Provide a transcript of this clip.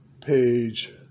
page